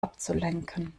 abzulenken